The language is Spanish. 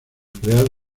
crear